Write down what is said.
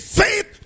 faith